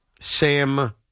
Sam